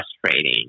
frustrating